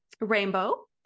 Rainbow